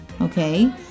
Okay